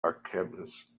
alchemist